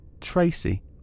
Tracy